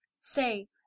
Say